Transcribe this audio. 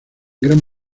gran